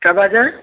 कब आ जाएँ